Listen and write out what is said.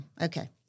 Okay